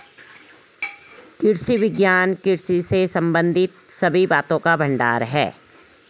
कृषि विज्ञान कृषि से संबंधित सभी बातों का भंडार है